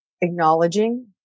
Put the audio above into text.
acknowledging